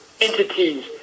entities